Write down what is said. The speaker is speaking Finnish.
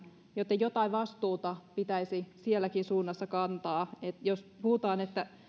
joten jotain vastuuta pitäisi sielläkin suunnassa kantaa että jos puhutaan että